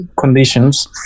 conditions